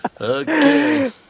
Okay